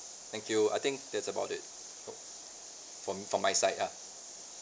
thank you I think that's about it for for my side ah